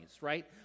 right